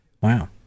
Wow